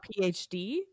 phd